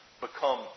become